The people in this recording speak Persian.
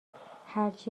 هرچی